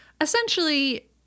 Essentially